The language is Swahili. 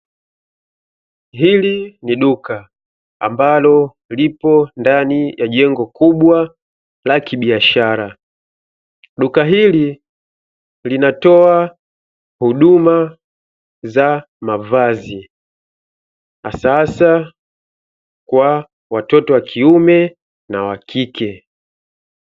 Hili ni duka ambalo lipo ndani ya jengo kubwa lakibiashara, duka hili linatoa huduma za mavazi hasahasa kwa watoto wa kiume na wa kike.